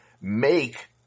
make